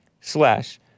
slash